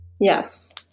Yes